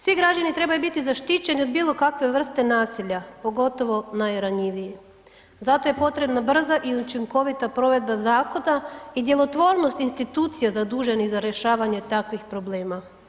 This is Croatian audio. Svi građani trebaju biti zaštićeni od bilo kakve vrste nasilja, pogotovo najranjiviji, zato je potrebna brza i učinkovita provedba zakona i djelotvornost institucija zaduženih za rješavanje takvih problema.